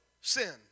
sin